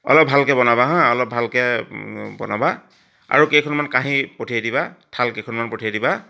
অলপ ভালকৈ বনাবা হাঁ অলপ ভালকে বনাবা আৰু কেইখনমান কাঁহী পঠিয়াই দিবা থাল কেইখনমান পঠিয়াই দিবা